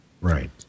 Right